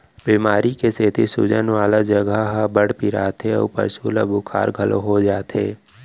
बेमारी के सेती सूजन वाला जघा ह बड़ पिराथे अउ पसु ल बुखार घलौ हो जाथे